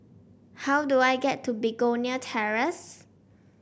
how do I get to Begonia Terrace